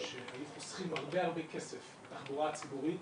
שהיו חוסכים הרבה הרבה כסף בתחבורה הציבורית